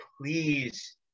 please